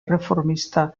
erreformista